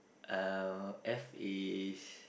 um F is